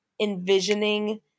envisioning